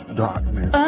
darkness